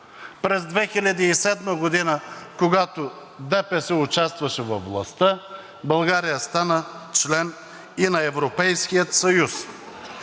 през 2007 г., когато ДПС участваше във властта, България стана член и на Европейския съюз.